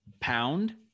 Pound